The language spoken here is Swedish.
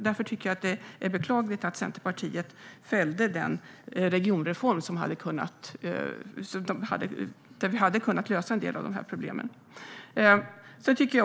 Därför tycker jag att det är beklagligt att Centerpartiet fällde den regionreform som hade kunnat lösa en del av de problemen.